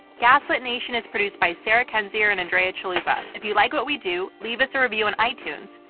gaslit nation is produced by sarah kendzior and andrea chalupa. you like what we do, leave us a review on itunes.